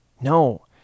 No